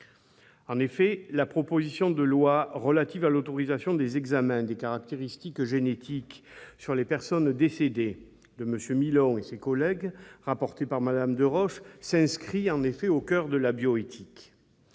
En effet, la proposition de loi relative à l'autorisation des examens des caractéristiques génétiques sur les personnes décédées de M. Milon et de ses collègues, rapportée par Mme Deroche, s'inscrit au coeur de la bioéthique.